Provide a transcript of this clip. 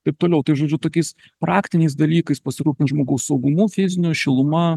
taip toliau tai žodžiu tokiais praktiniais dalykais pasirūpint žmogaus saugumu fiziniu šiluma